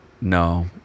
No